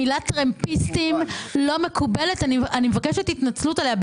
המילה טרמפיסטים לא מקובלת ואני מבקשת התנצלות עליה.